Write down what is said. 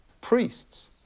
priests